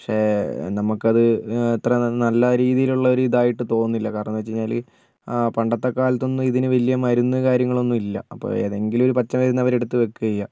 പക്ഷേ നമുക്കത് എത്ര ന നല്ല രീതിയിലുള്ളൊരു ഇതായിട്ട് തോന്നുന്നില്ല കാരണം എന്തവെച്ച് കഴിഞ്ഞാൽ പണ്ടത്തെ കാലത്തൊന്നും ഇതിന് വലിയ മരുന്ന് കാര്യങ്ങളൊന്നും ഇല്ല അപ്പോൾ ഏതെങ്കിലും ഒരു പച്ചമരുന്ന് അവരെടുത്ത് വയ്ക്ക ചെയ്യുക